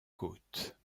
côte